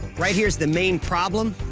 right here's the main problem.